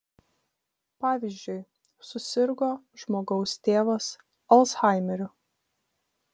pavyzdžiui susirgo žmogaus tėvas alzhaimeriu